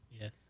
Yes